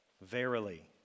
verily